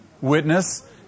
witness